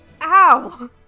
ow